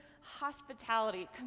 hospitality